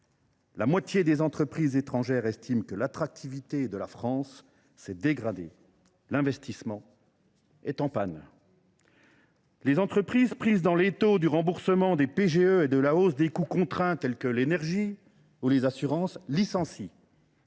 La moitié des entreprises étrangères estime que l’attractivité du pays s’est dégradée. L’investissement est en panne. Les entreprises, prises dans l’étau du remboursement des prêts garantis par l’État (PGE) et de la hausse des coûts contraints comme l’énergie ou les assurances, licencient.